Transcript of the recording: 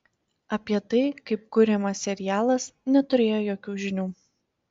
apie tai kaip kuriamas serialas neturėjo jokių žinių